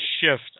shift